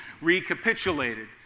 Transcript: recapitulated